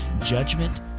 judgment